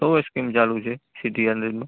શું સ્કીમ ચાલું છે સીટી હન્ડ્રેડમાં